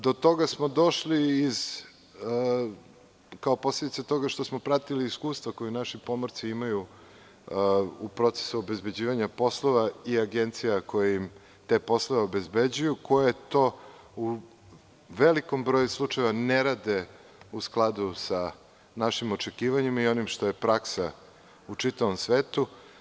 Do toga smo došli tako što smo pratili iskustva koja naši pomorci imaju u procesu obezbeđivanja poslova i agencija koje im te poslove obezbeđuju, koje to u velikom broju slučajeva ne rade u skladu sa našim očekivanjima i onim što je praksa u čitavom svetu.